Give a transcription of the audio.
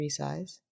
resize